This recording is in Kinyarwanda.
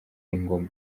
ingoma